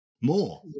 More